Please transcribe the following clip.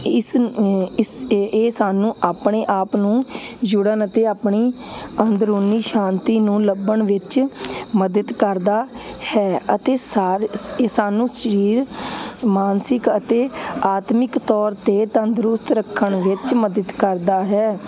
ਇਸ ਇਸ ਇਹ ਸਾਨੂੰ ਆਪਣੇ ਆਪ ਨੂੰ ਜੁੜਨ ਅਤੇ ਆਪਣੀ ਅੰਦਰੂਨੀ ਸ਼ਾਂਤੀ ਨੂੰ ਲੱਭਣ ਵਿੱਚ ਮਦਦ ਕਰਦਾ ਹੈ ਅਤੇ ਸਾਰ ਇਹ ਸਾਨੂੰ ਸਰੀਰ ਮਾਨਸਿਕ ਅਤੇ ਆਤਮਿਕ ਤੌਰ 'ਤੇ ਤੰਦਰੁਸਤ ਰੱਖਣ ਵਿੱਚ ਮਦਦ ਕਰਦਾ ਹੈ